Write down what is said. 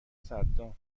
صدام